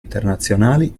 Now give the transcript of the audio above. internazionali